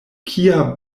kia